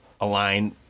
align